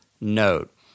note